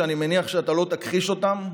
שאני מניח שאתה לא תכחיש אותם,